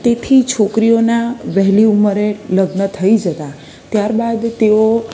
તેથી છોકરીઓનાં વહેલી ઉંમરે લગ્ન થઈ જતાં ત્યાર બાદ તેઓ